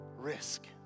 Risk